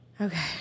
Okay